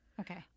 Okay